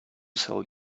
sell